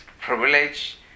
privilege